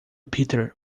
peter